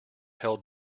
held